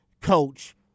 coach